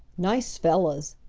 nice fellows,